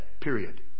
period